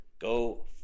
Go